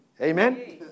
Amen